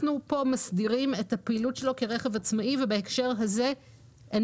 אנחנו כאן מסדירים את הפעילות שלו כרכב עצמאי ובהקשר הזה אין